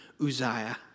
Uzziah